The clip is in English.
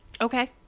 Okay